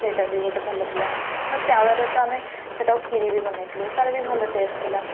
ସେଇଟା ବି ଗୋଟେ ଭଲ ଥିଲା ଚାଉଳରେ ତ ଆମେ ସେଇଟା କ୍ଷୀରି ବି ବନାଇଥିଲୁ ତା'ର ବି ଭଲ ଟେଷ୍ଟ ଥିଲା